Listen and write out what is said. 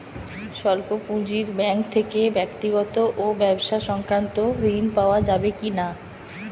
স্বল্প পুঁজির ব্যাঙ্ক থেকে ব্যক্তিগত ও ব্যবসা সংক্রান্ত ঋণ পাওয়া যাবে কিনা?